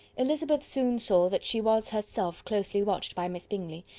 elizabeth soon saw that she was herself closely watched by miss bingley,